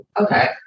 Okay